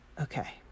Okay